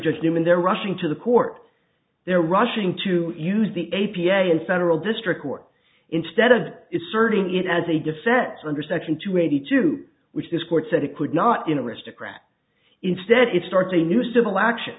just him and they're rushing to the court they're rushing to use the a p a in federal district court instead of is serving it as a defense under section two eighty two which this court said it could not in aristocrat instead it starts a new civil action